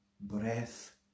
breath